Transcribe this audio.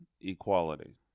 equality